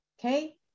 okay